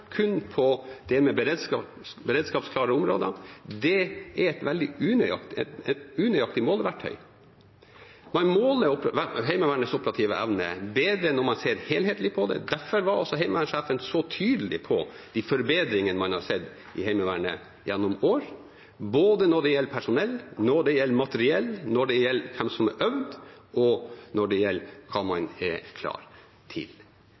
kun på beredskapsklare områder er å bruke et veldig unøyaktig måleverktøy. Man måler Heimevernets operative evne bedre når man ser helhetlig på det. Derfor var også heimevernssjefen så tydelig på de forbedringene man har sett i Heimevernet gjennom år både når det gjelder personell, når det gjelder materiell, når det gjelder hvem som har øvd, og når det gjelder hva man er klar til.